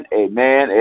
amen